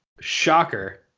shocker